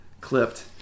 clipped